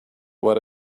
what